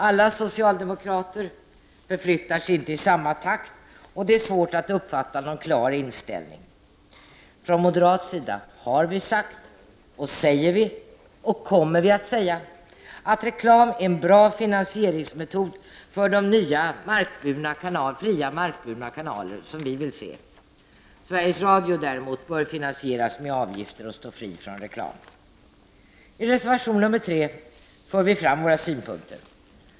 Alla socialdemokrater förflyttar sig inte i samma takt, och det är svårt att uppfatta någon klar inställning. Från moderat sida har vi sagt, säger, och kommer att säga, att reklam är en bra finansieringsmetod för de nya fria markburna kanaler som vi vill se. Sveriges Radio bör däremot finansieras med avgifter och stå fri från reklam. I reservation nr3 för vi fram våra synpunkter i den frågan.